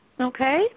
okay